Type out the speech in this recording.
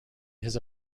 his